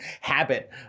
habit